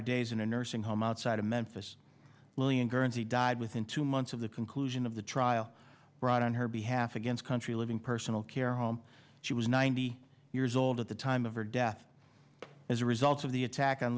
her days in a nursing home outside of memphis william guernsey died within two months of the conclusion of the trial brought on her behalf against country living personal care home she was ninety years old at the time of her death as a result of the attack on